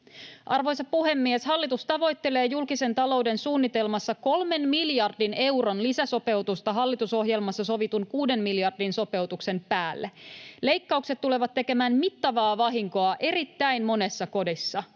Arvoisa puhemies! Hallitus tavoittelee julkisen talouden suunnitelmassa kolmen miljardin euron lisäsopeutusta hallitusohjelmassa sovitun kuuden miljardin sopeutuksen päälle. Leikkaukset tulevat tekemään mittavaa vahinkoa erittäin monissa kodeissa.